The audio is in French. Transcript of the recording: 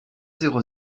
zéro